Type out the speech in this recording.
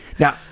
Now